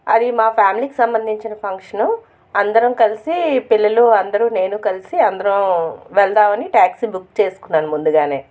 అది మా ఫ్యామిలీకి సంబంధించిన ఫంక్షన్ అందరం కలిసి పిల్లలు అందరూ నేను కలిసి అందరం వెళదామని టాక్సీ బుక్ చేసుకున్నాను ముందుగానే